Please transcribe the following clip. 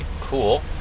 Cool